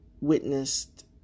witnessed